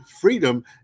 freedom